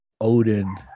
Odin